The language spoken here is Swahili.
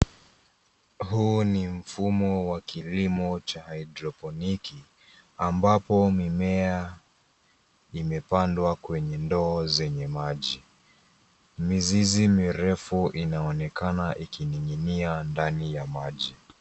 Huu ni mfumo wa kilimo cha haidroponiki ambapo mimea imepandwa kwenye ndoo zenye maji. Mizizi mirefu inaonekana ikining'inia ndani ya maji.